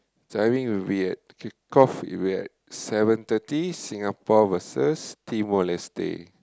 timing will be at will be at seven thirty Singapore versus Timor-Leste